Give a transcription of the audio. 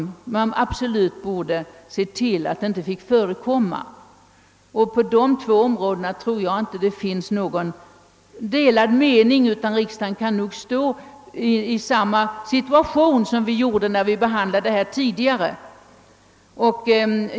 Vi ansåg att detta absolut inte fick förekomma. När det gäller dessa två områden tror jag inte att det råder några delade meningar, utan riksdagen intar här samma ståndpunkt som den gjort tidigare då dessa frågor behandlades.